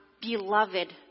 beloved